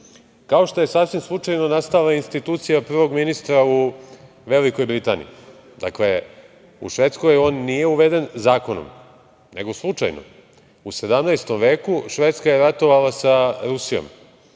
kao što je sasvim slučajno nastala institucija prvog ministra u Velikoj Britaniji. Dakle, u Švedskoj on nije uveden zakonom, nego slučajno.U 17. veku Švedska je ratovala sa Rusijom